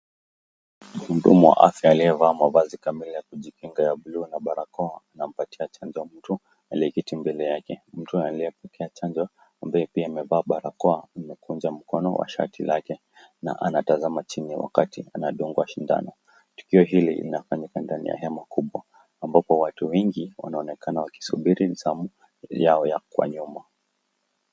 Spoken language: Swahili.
Mhudumu wa afya aliyevaa mavazi kamili ya kujikinga ya blue na barakoa anampatia chanjo mtu aliyeketi mbele yake. Mtu anayepokea chanjo ambaye pia amevaa barakoa amekunja mkono wa shati lake na anatazama chini wakati anadungwa sindano. Tukio hili linafanyika ndani ya hema kubwa ambapo watu wengi wanaonekana wakisubiri zamu yao ya kwa nyuma.